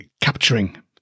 capturing